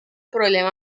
problema